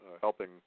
helping